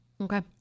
Okay